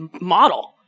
model